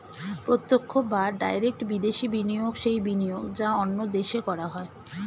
প্রত্যক্ষ বা ডাইরেক্ট বিদেশি বিনিয়োগ সেই বিনিয়োগ যা অন্য দেশে করা হয়